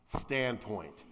standpoint